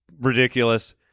ridiculous